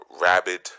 rabid